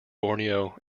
borneo